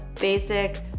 basic